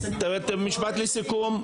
--- משפט לסיכום.